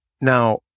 Now